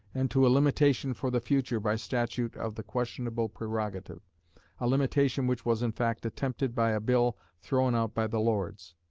and to a limitation for the future by statute of the questionable prerogative a limitation which was in fact attempted by a bill thrown out by the lords.